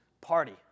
party